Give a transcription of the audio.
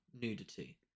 nudity